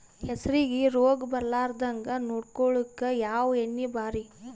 ಹೆಸರಿಗಿ ರೋಗ ಬರಲಾರದಂಗ ನೊಡಕೊಳುಕ ಯಾವ ಎಣ್ಣಿ ಭಾರಿ?